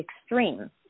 extreme